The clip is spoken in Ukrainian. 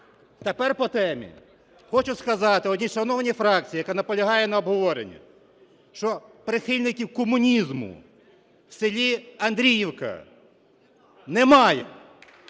Тепер по темі. Хочу сказати одній шановній фракції, яка наполягає на обговоренні, що прихильників комунізму в селі Андріївка немає.